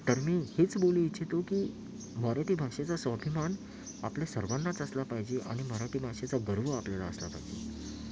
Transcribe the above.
तर मी हेच बोलू इच्छितो की मराठी भाषेचा स्वाभिमान आपल्या सर्वांनाच असला पाहिजे आणि मराठी भाषेचा गर्व आपल्याला असला पाहिजे